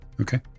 Okay